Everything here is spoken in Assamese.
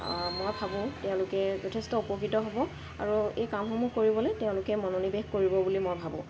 মই ভাবোঁ তেওঁলোকে যথেষ্ট উপকৃত হ'ব আৰু এই কামসমূহ কৰিবলৈ তেওঁলোকে মনোনিৱেশ কৰিব বুলি মই ভাবোঁ